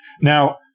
now